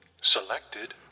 Selected